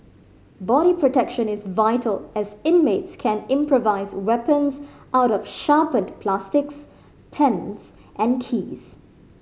body protection is vital as inmates can improvise weapons out of sharpened plastics pens and keys